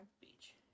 beach